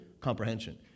comprehension